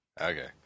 Okay